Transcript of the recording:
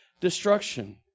destruction